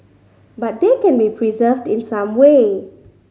but they can be preserved in some way